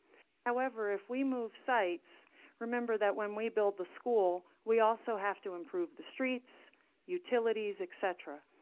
however, if we move sites remember that, when we build the school, we also have to improve the streets utilities, et cetera.